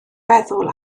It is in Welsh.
feddwl